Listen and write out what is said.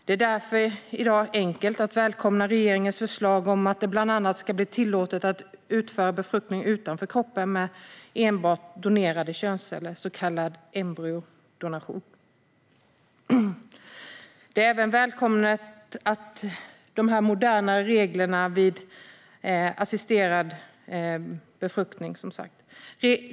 Det är därför i dag enkelt att välkomna regeringens förslag om att det bland annat ska bli tillåtet att utföra befruktning utanför kroppen med enbart donerade könsceller, så kallad embryodonation. Det är även välkommet med de modernare reglerna vid assisterad befruktning.